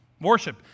worship